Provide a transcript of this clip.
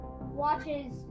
Watches